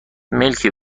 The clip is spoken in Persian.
ملکی